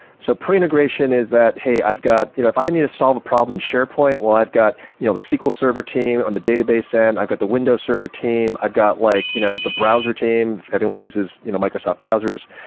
so pre-integration is that, hey, you know if i need to solve a problem in sharepoint, well i've got you know the sql server team on the database end. i've got the windows server team. i've got like you know the browser team, if anyone uses you know microsoft browsers,